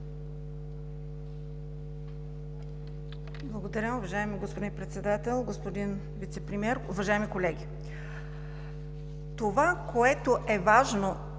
Благодаря, уважаеми господин Председател. Господин Вицепремиер, уважаеми колеги! Това, което е важно